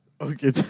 Okay